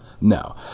No